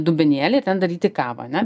dubenėlį ten daryti kavą ane